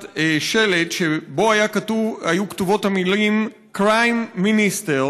6, שהסתיימה מול משרד ראש הממשלה בהפגנה נגד